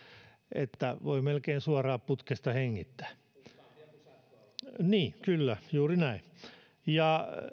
että voi melkein suoraan putkesta hengittää niin kyllä juuri näin ja